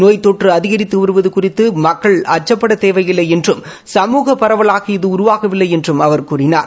நோய் தொற்று அதிகரித்து வருவது குறித்து மக்கள் அச்சப்படத் தேவையில்லை என்றும் சமூக பரவலாக இது உருவாகவில்லை என்றும் அவர் கூறினார்